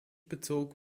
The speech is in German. bezog